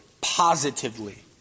positively